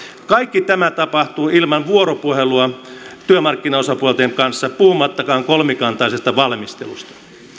kaikki tämä tapahtuu ilman vuoropuhelua työmarkkinaosapuolten kanssa puhumattakaan kolmikantaisesta valmistelusta